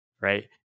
right